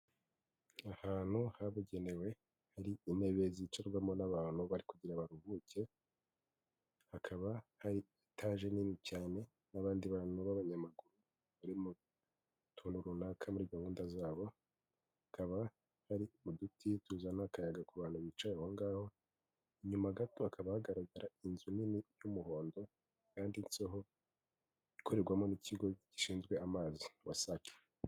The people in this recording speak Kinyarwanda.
Ahantu habugenewe hari intebe zicirwamo n'abantu bari kugira baruhuke, hakaba hari etaje nini cyane n'abandi bantu b'abanyamaguru; barimo utuntu runaka muri gahunda zabokaba ari uduti tuzana akayaga ku bantu bicaye aho ngaho, inyuma gato hakaba hagaragara inzu nini y'umuhondo yanditseho ikigo gikorerwamo n'ikigo gishinzwe amazi wasake (WASAC).